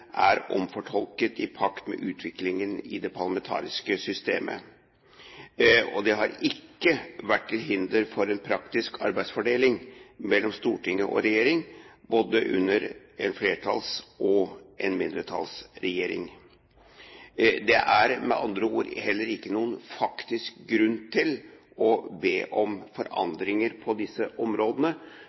er omfortolket i pakt med utviklingen i det parlamentariske systemet. Og det har ikke vært til hinder for en praktisk arbeidsfordeling mellom storting og regjering, både under en flertallsregjering og en mindretallsregjering. Det er med andre ord heller ikke noen faktisk grunn til å be om forandringer på disse områdene,